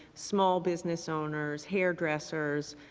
small business owners, hair dressers,